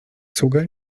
sługa